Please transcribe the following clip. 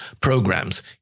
programs